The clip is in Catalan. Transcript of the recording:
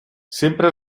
sempre